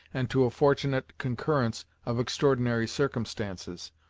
and to a fortunate concurrence of extraordinary circumstances.